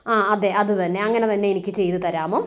ആ അതെ അത് തന്നെ അങ്ങനെ തന്നെ എനിക്ക് ചെയ്തു തരാമോ